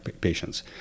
patients